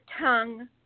tongue